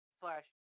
slash